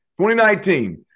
2019